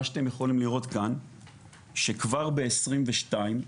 כבר ב-2022,